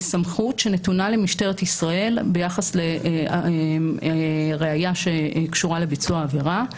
היא סמכות שנתונה למשטרת ישראל ביחס לראיה שקשורה לביצוע העבירה,